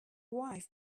wife